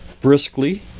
briskly